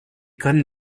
können